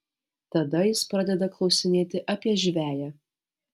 tada jis pradeda klausinėti apie žveję